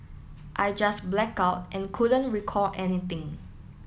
I just blacked out and couldn't recall anything